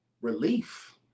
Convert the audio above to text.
relief